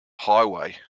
highway